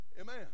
amen